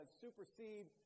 supersede